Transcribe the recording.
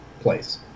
place